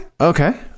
Okay